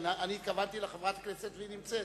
התכוונתי לחברת הכנסת, והיא נמצאת.